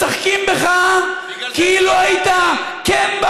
משחקים בך כאילו היית קן,